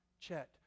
Chet